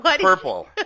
Purple